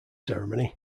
ceremony